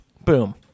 boom